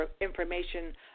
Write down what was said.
information